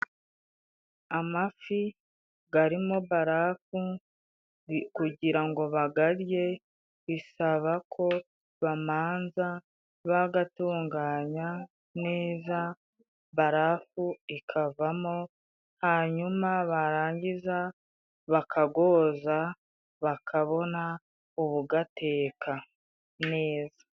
Amafi garimo barafu kugira ngo bagarye bisaba ko bamanza bagatunganya neza, barafu ikavamo hanyuma barangiza bakagoza bakabona ubugateka neza.